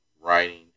writing